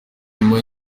nyuma